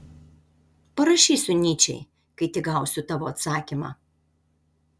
parašysiu nyčei kai tik gausiu tavo atsakymą